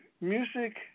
music